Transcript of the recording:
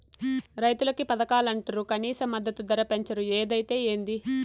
రైతులకి పథకాలంటరు కనీస మద్దతు ధర పెంచరు ఏదైతే ఏంది